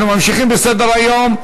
אנחנו ממשיכים בסדר-היום: